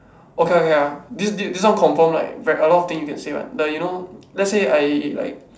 okay okay ah this this one confirm like a lot of things you can say [one] but you know let's say I like